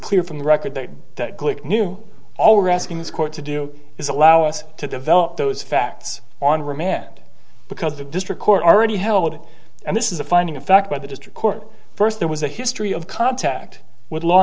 clear from the record that glick knew all risking his court to do is allow us to develop those facts on remand because the district court already held and this is a finding of fact by the district court first there was a history of contact with law